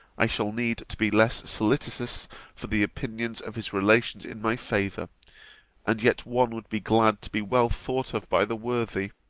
i shall need to be less solicitous for the opinions of his relations in my favour and yet one would be glad to be well thought of by the worthy.